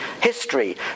history